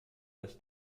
das